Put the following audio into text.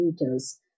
meters